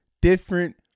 different